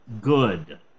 good